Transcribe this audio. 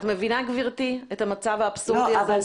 את מבינה, גברתי, את המצב האבסורדי הזה?